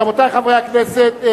רבותי חברי הכנסת,